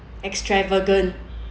extravagant